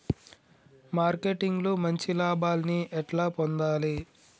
Marketing లో మంచి లాభాల్ని ఎట్లా పొందాలి?